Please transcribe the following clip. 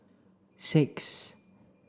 six